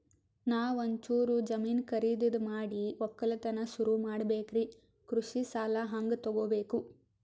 ನಾ ಒಂಚೂರು ಜಮೀನ ಖರೀದಿದ ಮಾಡಿ ಒಕ್ಕಲತನ ಸುರು ಮಾಡ ಬೇಕ್ರಿ, ಕೃಷಿ ಸಾಲ ಹಂಗ ತೊಗೊಬೇಕು?